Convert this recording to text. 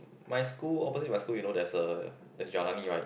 my school opposite my school you know there's a there's right